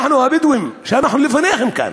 אנחנו הבדואים, שאנחנו לפניכם כאן,